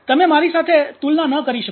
તમે મારી સાથે તુલના ન કરી શકો